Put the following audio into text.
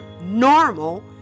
normal